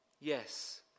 yes